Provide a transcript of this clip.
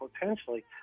potentially